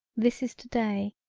this is today.